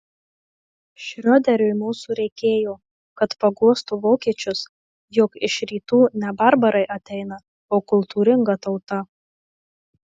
šrioderiui mūsų reikėjo kad paguostų vokiečius jog iš rytų ne barbarai ateina o kultūringa tauta